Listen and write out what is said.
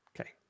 Okay